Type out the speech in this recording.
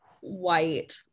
white